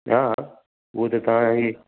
हा हा उहो त तव्हां इहे